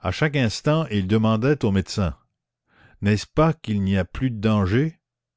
à chaque instant il demandait au médecin n'est-ce pas qu'il n'y a plus de danger